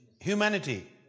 Humanity